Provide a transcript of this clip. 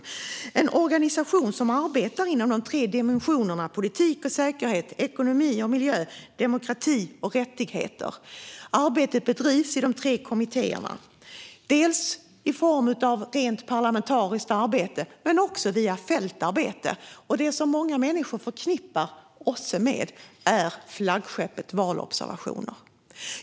Det är en organisation som arbetar inom de tre dimensionerna politik och säkerhet, ekonomi och miljö samt demokrati och rättigheter. Arbetet bedrivs i de tre kommittéerna, dels i form av rent parlamentariskt arbete, dels via fältarbete. Det som många människor förknippar OSSE med är flaggskeppet valobservationer.